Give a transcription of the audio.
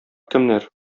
кемнәр